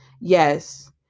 yes